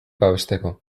babesteko